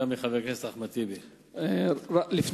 גם מחבר הכנסת אחמד טיבי.